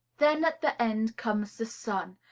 then at the end comes the sun,